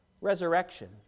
resurrection